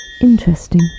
Interesting